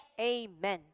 Amen